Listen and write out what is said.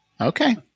Okay